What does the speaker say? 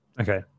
okay